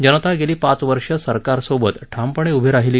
जनता गेली पाच वर्ष सरकारसोबत ठामपणे उभी राहीली